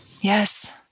Yes